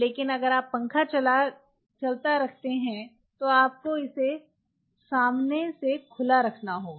लेकिन अगर आप पंखा चलता रखते हैं तो आपको इसे सामने से खुला रखना होगा